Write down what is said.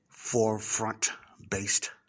Forefront-based